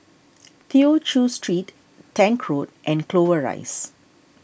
Tew Chew Street Tank Road and Clover Rise